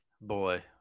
boy